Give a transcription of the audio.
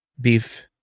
beef